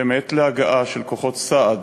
באמת להגעה של כוחות סעד